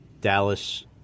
Dallas